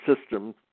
system